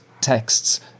texts